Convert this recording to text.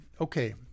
Okay